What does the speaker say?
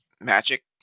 magic